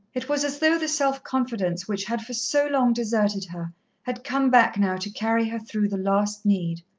it was as though the self-confidence which had for so long deserted her had come back now to carry her through the last need.